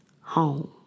home